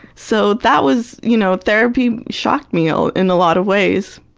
so that was you know therapy shocked me ah in a lot of ways.